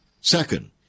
Second